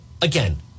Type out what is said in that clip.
again